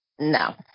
No